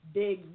big